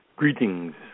Greetings